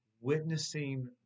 witnessing